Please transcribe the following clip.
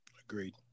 Agreed